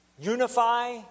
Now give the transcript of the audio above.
unify